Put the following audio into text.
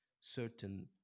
certain